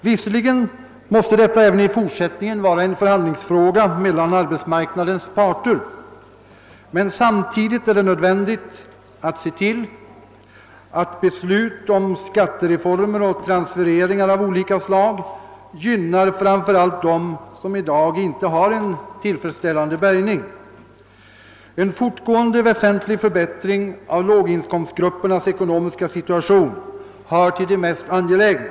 Visserligen måste detta även i fortsättningen vara en förhandlingsfråga för arbetsmarknadens parter, men samtidigt är det nödvändigt att se till att beslut om skattereformer och transferereringar av olika slag gynnar framför allt dem som i dag inte har en tillfredsställande bärgning. En fortgående väsentlig förbättring av låginkomstgruppernas ekonomiska situation hör till det mest angelägna.